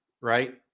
Right